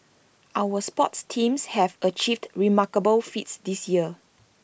our sports teams have achieved remarkable feats this year